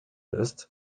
ist